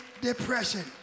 depression